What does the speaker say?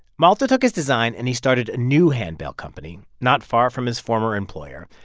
malta took his design, and he started a new handbell company not far from his former employer.